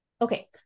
Okay